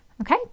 Okay